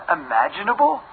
imaginable